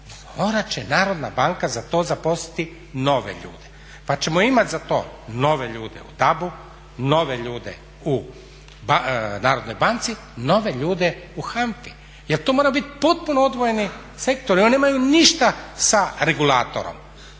morati će Narodna banka za to zaposliti nove ljude pa ćemo imati za to nove ljude u DAB-u, nove ljude u Narodnoj banci, nove ljude u HANFA-i. Jer to moraju biti potpuno odvojeni sektori, oni nemaju ništa sa regulatorom.